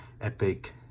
epic